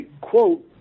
quote